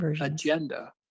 agenda